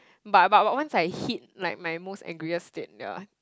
but but once I hit like my most angriest state ya